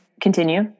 continue